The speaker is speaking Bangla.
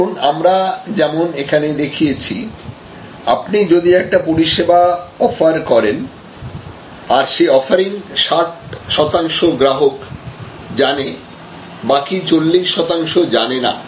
ধরুন আমরা যেমন এখানে দেখিয়েছি আপনি যদি একটা পরিষেবা অফার করেন আর সেই অফারিং 60 শতাংশ গ্রাহক জানে বাকি 40 শতাংশ জানেনা